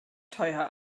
teuer